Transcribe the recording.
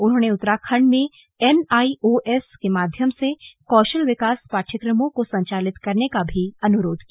उन्होंने उत्तराखण्ड में एनआईओएस के माध्यम से कौशल विकास पाठ्यक्रमों को संचालित करने का भी अनुरोध किया